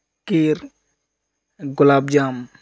kheer gulab jamun